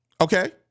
Okay